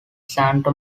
santa